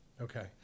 Okay